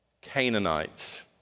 canaanites